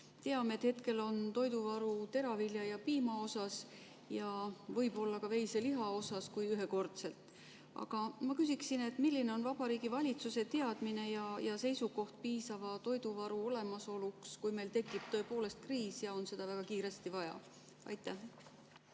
Teame, et hetkel on [olemas] teravilja‑ ja piimavaru ja võib-olla ka veiselihavaru, kuid ühekordselt. Aga ma küsin, milline on Vabariigi Valitsuse teadmine ja seisukoht piisava toiduvaru olemasolu kohta, kui meil tekib tõepoolest kriis ja seda varu on väga kiiresti vaja. Aitäh!